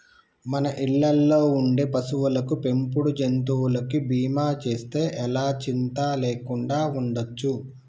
మన ఇళ్ళల్లో ఉండే పశువులకి, పెంపుడు జంతువులకి బీమా చేస్తే ఎలా చింతా లేకుండా ఉండచ్చు